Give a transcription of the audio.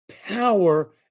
power